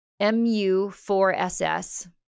MU4SS